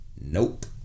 Nope